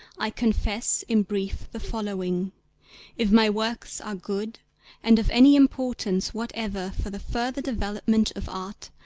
i confess in brief the following if my works are good and of any importance whatever for the further development of art,